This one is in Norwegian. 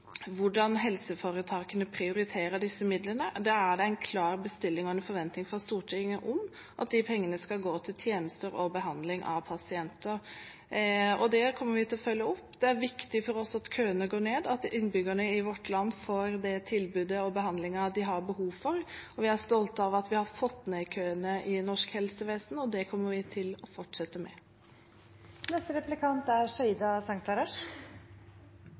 Hvordan helseforetakene prioriter disse midlene, er det en klar bestilling og forventning fra Stortinget om; de pengene skal gå til tjenester og behandling av pasienter. Det kommer vi til å følge opp. Det er viktig for oss at køene går ned, og at innbyggerne i vårt land får det tilbudet og den behandlingen de har behov for. Vi er stolte av at vi har fått ned køene i norsk helsevesen, og det kommer vi til å fortsette med. I «Leve hele livet» er